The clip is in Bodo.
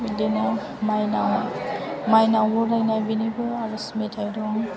बिदिनो मायनाव बरायनाय बेनिबो आरज मेथाइ दं